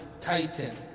titan